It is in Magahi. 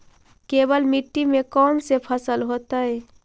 केवल मिट्टी में कौन से फसल होतै?